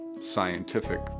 scientific